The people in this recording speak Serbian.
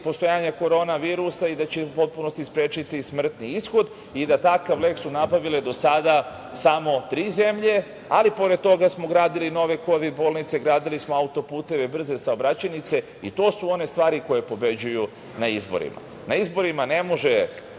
postojanja korona virusa, da će u potpunosti sprečiti smrtni ishod i da su takav lek nabavile do sada samo tri zemlje. Pored toga, gradili smo i nove kovid bolnice, gradili smo autoputeve, brze saobraćajnice i to su one stvari koje pobeđuju na izborima. Na izborima ne može